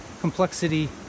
complexity